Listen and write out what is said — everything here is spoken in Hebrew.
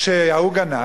שההוא גנב,